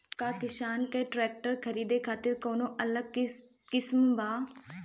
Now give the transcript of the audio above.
का किसान के ट्रैक्टर खरीदे खातिर कौनो अलग स्किम बा?